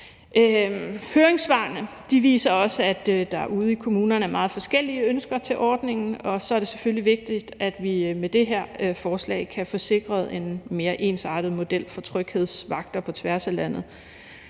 Høringssvarene viser også, at der ude i kommunerne er meget forskellige ønsker til ordningen, og så er det selvfølgelig vigtigt, at vi med det her forslag kan få sikret en mere ensartet model for tryghedsvagter på tværs af landet.